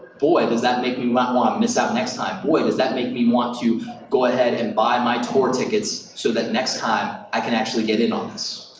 boy, does that make me not wanna miss out next time. boy, does that make me want to go ahead and buy my tour tickets so that next time, i can actually get in on this.